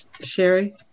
Sherry